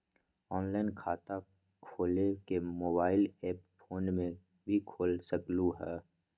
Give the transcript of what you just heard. Online खाता खोले के मोबाइल ऐप फोन में भी खोल सकलहु ह?